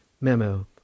Memo